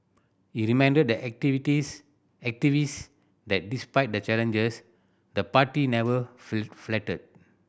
he reminded the activities activist that despite the challenges the party never